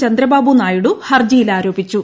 ചന്ദ്രബാബു നായിഡു ഹർജിയിൽ ആരോപിച്ചു